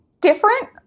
different